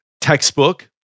textbook